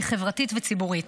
שהיא חברתית וציבורית.